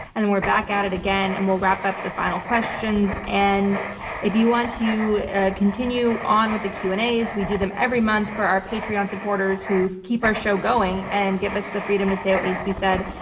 and then we're back at it again, and we'll wrap up the final questions. and if you want to ah continue on with the q and as, we do them every month for our patreon supporters who keep our show going, and give us the freedom to say what needs to be said.